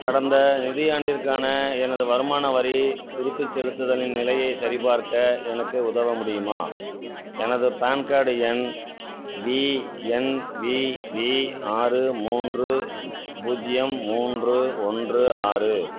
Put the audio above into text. கடந்த நிதியாண்டிற்கான எனது வருமான வரி திருப்பிச் செலுத்துதலின் நிலையைச் சரிபார்க்க எனக்கு உதவ முடியுமா எனது பான் கார்டு எண் வி என் வி வி ஆறு மூன்று பூஜ்ஜியம் மூன்று ஒன்று ஆறு